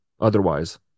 otherwise